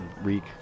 Reek